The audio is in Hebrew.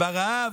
מהרעב,